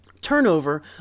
Turnover